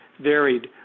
varied